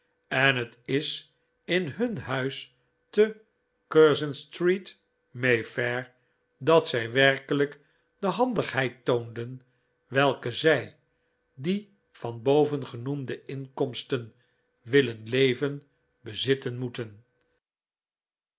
en het is in hun huis in curzon street mayfair dat zij werkelijk de handigheid toonden welke zij die van bovengenoemde inkomsten willen leven bezitten moeten